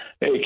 hey